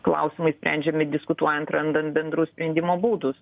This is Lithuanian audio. klausimai sprendžiami diskutuojant randant bendrus sprendimo būdus